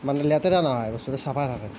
মানে লেতেৰা নহয় বস্তুটো চাফা থাকে